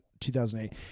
2008